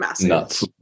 nuts